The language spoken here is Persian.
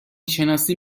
شناسی